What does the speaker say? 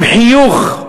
עם חיוך,